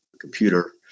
computer